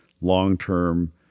long-term